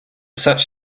such